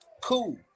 Cool